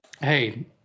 Hey